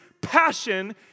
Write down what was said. passion